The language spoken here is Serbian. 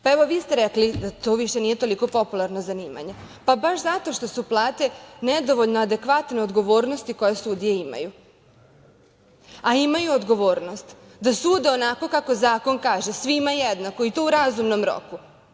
Pa, evo, vi ste rekli da to više nije toliko popularno zanimanje, pa baš zato što su plate nedovoljno adekvatne odgovornosti koje sudije imaju, a imaju odgovornost da sude onako kako zakon kaže, svima jednako, i to u razumnom roku.